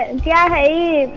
yeah a